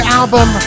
album